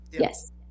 Yes